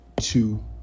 two